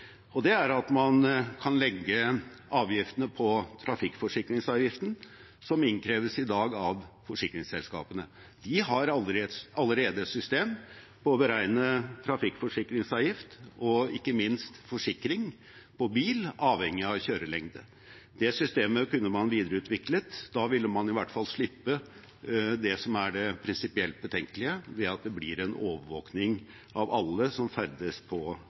og det er at man kan legge avgiftene på trafikkforsikringsavgiften, som i dag innkreves av forsikringsselskapene. De har allerede et system for å beregne trafikkforsikringsavgift og ikke minst forsikring på bil, avhengig av kjørelengde. Det systemet kunne man videreutviklet. Da ville man i hvert fall slippe det som er det prinsipielt betenkelige, ved at det blir en overvåkning av alle som ferdes på